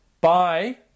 bye